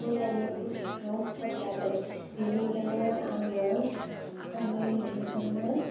अनलाइननि कुर्टिखौ फसायाखै बेनिखायनो आङो आंनि मेगनजोंनो